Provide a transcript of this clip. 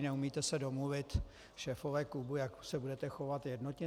Neumíte se domluvit, šéfové klubů, jak se budete chovat jednotně.